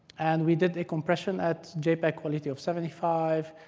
and we did a compression at jpeg quality of seventy five,